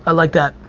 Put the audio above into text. ah like that.